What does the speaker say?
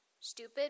stupid